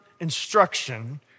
instruction